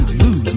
lose